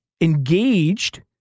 engaged